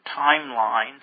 timeline